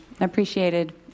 appreciated